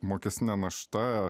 mokestinė našta